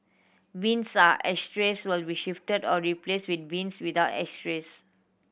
bins ashtrays will be shifted or replaced with bins without ashtrays